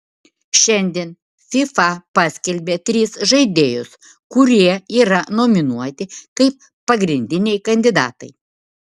šiandien fifa paskelbė tris žaidėjus kurie yra nominuoti kaip pagrindiniai kandidatai